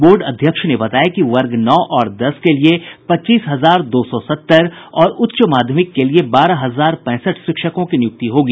board अध्यक्ष ने बताया कि वर्ग नौ और दस के लिए पच्चीस हजार दो सौ सत्तर और उच्च माध्यमिक के लिए बारह हजार पैंसठ शिक्षकों की नियुक्ति होगी